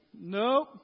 Nope